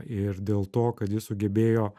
ir dėl to kad jis sugebėjo